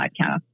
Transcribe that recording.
podcast